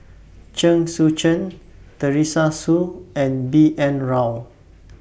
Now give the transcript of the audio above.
Chen Sucheng Teresa Hsu and B N Rao